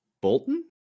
Bolton